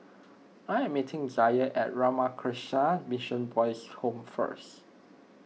I am meeting Zaire at Ramakrishna Mission Boys' Home first